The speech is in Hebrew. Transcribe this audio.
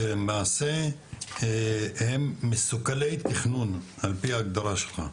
שלמעשה הם מסוכלי תכנון על פי ההגדרה שלך?